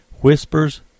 Whispers